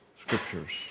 scriptures